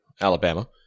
Alabama